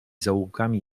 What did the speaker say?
zaułkami